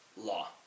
law